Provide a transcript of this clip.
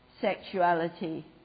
sexuality